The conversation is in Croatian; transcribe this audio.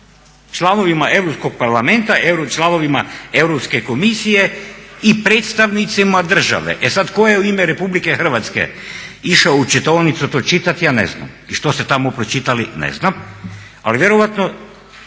članovima Europskog parlamenta, euročlanovima Europske komisije i predstavnicima države. E sad tko je u ime RH išao u čitaonicu to čitati ja ne znam. I što ste tamo pročitali, ne znam. Ali vjerojatno